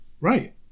Right